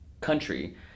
country